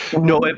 No